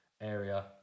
area